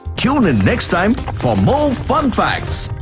tune in next time for more fun facts.